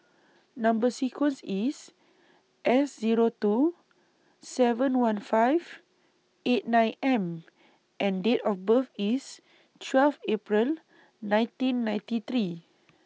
Number sequence IS S Zero two seven one five eight nine M and Date of birth IS twelve April nineteen ninety three